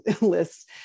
lists